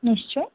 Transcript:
নিশ্চয়ই